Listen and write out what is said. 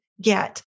get